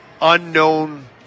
unknown